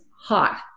hot